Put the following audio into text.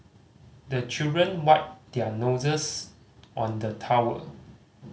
the children wipe their noses on the towel